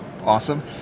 awesome